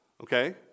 okay